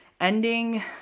ending